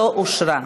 לא אושרה.